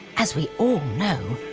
as we all know,